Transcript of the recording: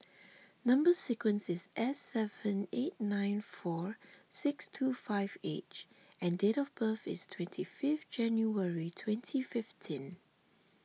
Number Sequence is S seven eight nine four six two five H and date of birth is twenty fifth January twenty fifteen